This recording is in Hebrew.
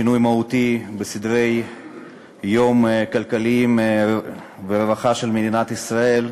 שינוי מהותי בסדרי-יום כלכליים וברווחה של מדינת ישראל,